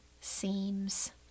Seems